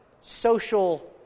social